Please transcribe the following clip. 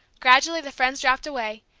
gradually the friends dropped away,